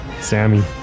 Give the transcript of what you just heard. Sammy